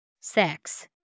sex